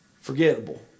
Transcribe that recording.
Forgettable